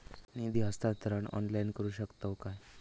निधी हस्तांतरण ऑनलाइन करू शकतव काय?